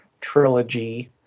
trilogy